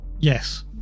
yes